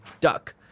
Duck